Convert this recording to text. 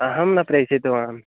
अहं न प्रेषितवान्